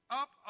up